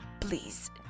Please